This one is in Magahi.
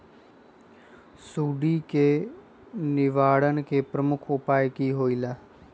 सुडी के निवारण के प्रमुख उपाय कि होइला?